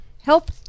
Help